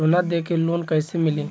सोना दे के लोन कैसे मिली?